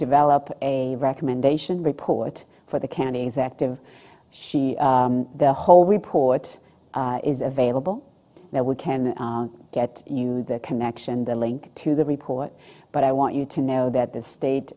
develop a recommendation report for the counties active she the whole report is available that we can get you the connection the link to the report but i want you to know that the state